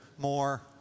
more